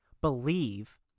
believe